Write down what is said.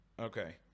okay